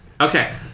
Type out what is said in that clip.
Okay